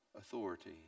authority